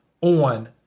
on